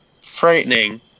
frightening